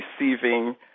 receiving